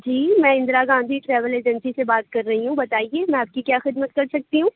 جی میں Indira Gandhi travel agency سے بات کر رہی ہوں بتائیے میں آپ کی کیا خدمت کر سکتی ہوں